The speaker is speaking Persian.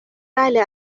بله